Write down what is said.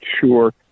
sure